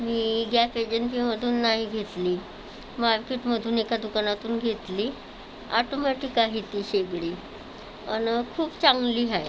मी gas एजन्सीमधून नाही घेतली मार्केटमधून एका दुकानातून घेतली ऑटोमेटिक आहे ती शेगडी आणि खूप चांगली आहे